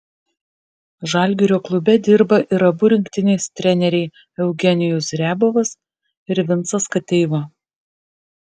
žalgirio klube dirba ir abu rinktinės treneriai eugenijus riabovas ir vincas kateiva